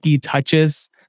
touches